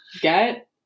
get